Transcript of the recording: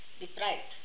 deprived